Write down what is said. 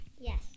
Yes